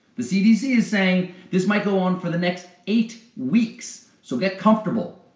the c d c. is saying this might go on for the next eight weeks. so get comfortable,